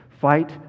Fight